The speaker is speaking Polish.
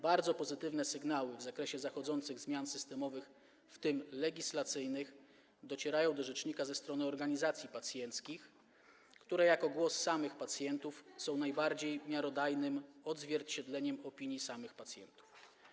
Bardzo pozytywne sygnały w zakresie zachodzących zmian systemowych, w tym legislacyjnych, docierają do rzecznika ze strony organizacji pacjenckich, które jako głos samych pacjentów są najbardziej miarodajnym odzwierciedleniem opinii samych pacjentów.